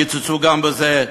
קיצצו גם בזה,